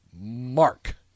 Mark